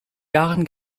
jahren